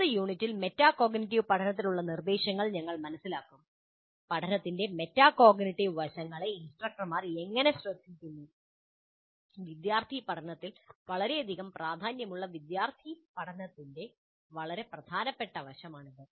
അടുത്ത യൂണിറ്റിൽ മെറ്റാകോഗ്നിറ്റീവ് പഠനത്തിനുള്ള നിർദ്ദേശങ്ങൾ ഞങ്ങൾ മനസിലാക്കും പഠനത്തിന്റെ മെറ്റാകോഗ്നിറ്റീവ് വശങ്ങളെ ഇൻസ്ട്രക്ടർമാർ എങ്ങനെ ശ്രദ്ധിക്കുന്നു വിദ്യാർത്ഥി പഠനത്തിൽ വളരെയധികം പ്രാധാന്യമുള്ള വിദ്യാർത്ഥി പഠനത്തിന്റെ വളരെ പ്രധാനപ്പെട്ട വശമാണിത്